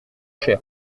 cher